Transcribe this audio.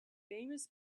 famous